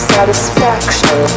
Satisfaction